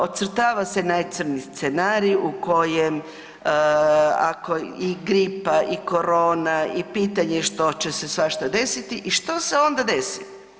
Ocrtava se najcrnji scenarij u kojem ako i gripa i korona i pitanje što će se svašta desiti i što se onda desi.